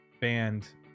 band